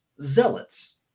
zealots